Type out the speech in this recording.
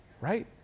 right